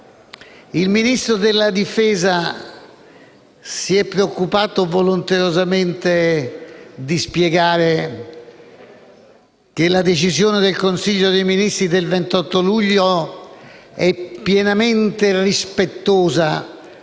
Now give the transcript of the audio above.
il Ministro della difesa si è preoccupato volenterosamente di spiegare che la decisione del Consiglio dei ministri del 28 luglio è pienamente rispettosa